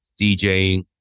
DJing